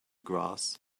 grass